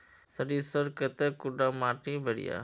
सरीसर केते कुंडा माटी बढ़िया?